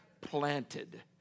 planted